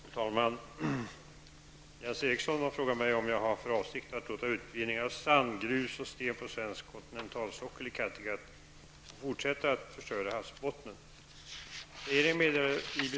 Fru talman! Jens Eriksson har frågat mig om jag har för avsikt att låta utvinningen av sand, grus och sten på svensk kontinentalsockel i Kattegatt få fortsätta att förstöra havsbottnen.